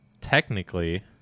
technically